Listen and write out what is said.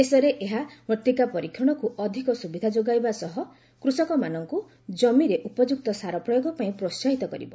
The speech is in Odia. ଦେଶରେ ଏହା ମୃତ୍ତିକା ପରୀକ୍ଷଶକୁ ଅଧିକ ସୁବିଧା ଯୋଗାଇବା ସହ କୃଷକମାନଙ୍କୁ ଜମିରେ ଉପଯୁକ୍ତ ସାର ପ୍ରୟୋଗ ପାଇଁ ପ୍ରୋହାହିତ କରିବ